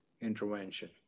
intervention